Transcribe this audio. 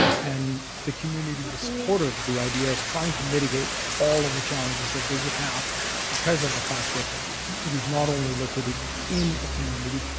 and the community was supportive of the idea of trying to mitigate out of the challenges that they would have because of the fact that it is not only located in a community,